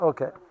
Okay